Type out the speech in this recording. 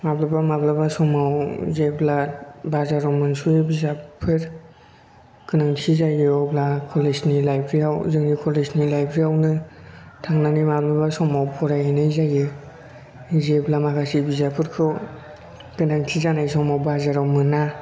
माब्लाबा माब्लाबा समाव जेब्ला बाजाराव मोनस'यै बिजाबफोर गोनांथि जायो अब्ला कलेजनि लाइब्रियाव जोंनि कलेजनि लाइब्रियावनो थांनानै माब्लाबा समाव फरायहैनाय जायो जेब्ला माखासे बिजाबफोरखौ गोनांथि जानाय समाव बाजाराव मोना